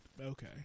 Okay